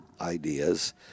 ideas